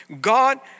God